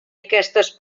aquestes